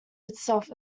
itself